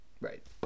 Right